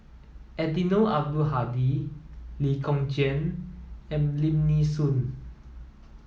Eddino Abdul Hadi Lee Kong Chian and Lim Nee Soon